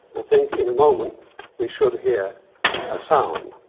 i think in a moment we should hear a sound.